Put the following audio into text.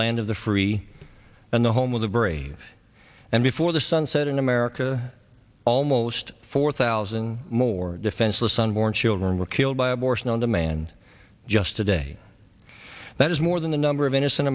land of the free and the home of the brave and before the sunset in america almost four thousand more defenseless unborn children were killed by abortion on demand just today that is more than the number of innocent